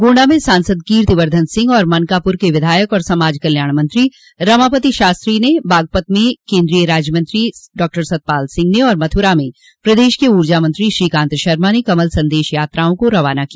गोण्डा में सांसद कीर्तिवर्द्वन सिंह और मनकापुर के विधायक एवं समाज कल्याण मंत्री रमापति शास्त्री ने बागपत में केन्द्रीय राज्यमंत्री डॉक्टर सतपाल सिंह ने और मथुरा में प्रदेश के ऊर्जामंत्री श्रीकांत शर्मा ने कमल सन्देश यात्राओं को रवाना किया